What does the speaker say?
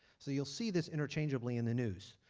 so you will see this interchangeably in the news.